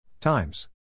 Times